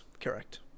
correct